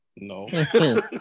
No